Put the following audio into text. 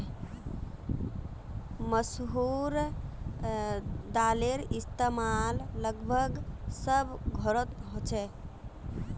मसूर दालेर इस्तेमाल लगभग सब घोरोत होछे